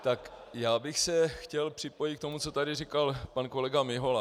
Tak já bych se chtěl připojit k tomu, co tady říkal pan kolega Mihola.